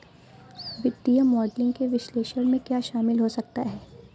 वित्तीय मॉडलिंग के विश्लेषण में क्या शामिल हो सकता है?